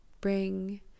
bring